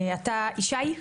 ישי.